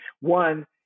One